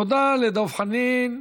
תודה לדב חנין.